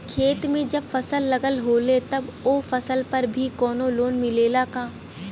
खेत में जब फसल लगल होले तब ओ फसल पर भी कौनो लोन मिलेला का?